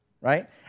right